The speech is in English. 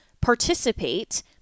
participate